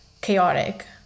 chaotic